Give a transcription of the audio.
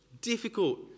Difficult